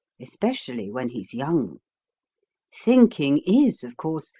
especially when he's young thinking is, of course,